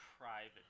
Private